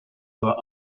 other